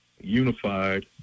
unified